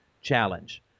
challenge